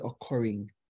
occurring